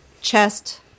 chest